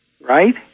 Right